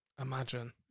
imagine